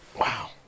Wow